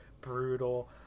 brutal